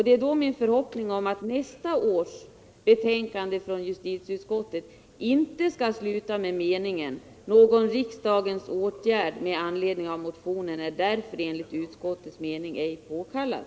Det är min förhoppning att nästa års betänkande från justitieutskottet inte skall sluta med meningen: ”Någon riksdagens åtgärd med anledning av motionen är därför enligt utskottets mening ej påkallad.”